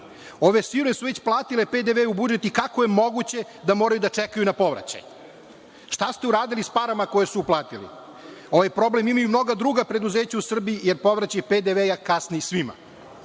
Ove firme su već platile PDV u budžet i kako je moguće da moraju da čekaju na povraćaj. Šta ste uradili sa parama koje su uplatili? Ovaj problem imaju mnoga druga preduzeća u Srbiji, jer povraćaj PDV kasni svima.